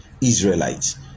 Israelites